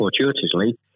fortuitously